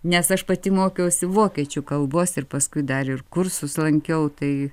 nes aš pati mokiausi vokiečių kalbos ir paskui dar ir kursus lankiau tai